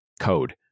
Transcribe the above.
code